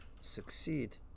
succeed